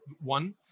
one